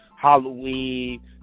Halloween